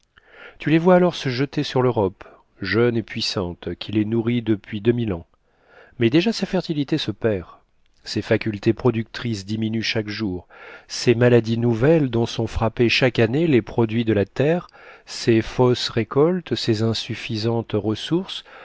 tu les vois alors se jeter sur l'europe jeune et puissante qui les nourrit depuis deux mille ans mais déjà sa fertilité se perd ses facultés productrices diminuent chaque jour ces maladies nouvelles dont sont frappés chaque année les produits de la terre ces fausses récoltes ces insuffisantes ressources